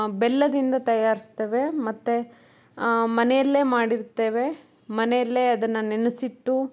ಬೆಲ್ಲದಿಂದ ತಯಾರ್ಸ್ತೇವೆ ಮತ್ತೆ ಮನೆಯಲ್ಲೆ ಮಾಡಿರ್ತ್ತೇವೆ ಮನೆಯಲ್ಲೆ ಅದನ್ನು ನೆನೆಸಿಟ್ಟು